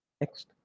Next